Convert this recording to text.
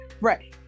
Right